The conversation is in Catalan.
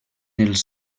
els